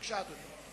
בבקשה, אדוני.